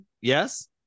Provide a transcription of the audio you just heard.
Yes